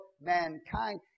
mankind